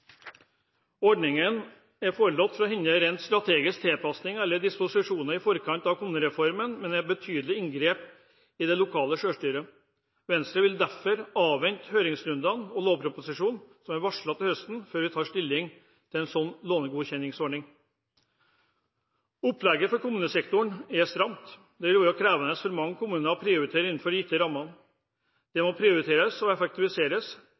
Ordningen er foreslått for å hindre rent strategiske tilpasninger eller disposisjoner i forkant av kommunereformen, men er et betydelig inngrep i det lokale selvstyret. Venstre vil derfor avvente høringsrunden og lovproposisjonen som er varslet til høsten før vi tar stilling til en slik godkjenningsordning. Opplegget for kommunesektoren er stramt, og det vil være krevende for mange kommuner å prioritere innenfor de gitte rammene. Det må prioriteres og effektiviseres.